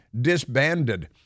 disbanded